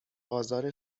آزار